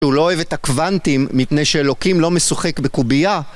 שהוא לא אוהב את הקוונטים מפני שאלוקים לא משוחק בקובייה?